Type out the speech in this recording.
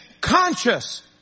conscious